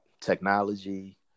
technology